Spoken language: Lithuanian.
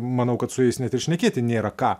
manau kad su jais net ir šnekėti nėra ką